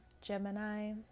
Gemini